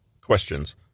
Questions